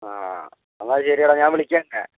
ആ എന്നാൽ ശരിയെടാ ഞാൻ വിളിക്കാം നിന്നെ